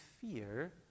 fear